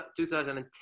2010